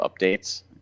updates